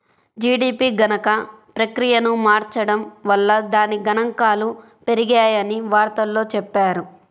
GDP గణన ప్రక్రియను మార్చడం వల్ల దాని గణాంకాలు పెరిగాయని వార్తల్లో చెప్పారు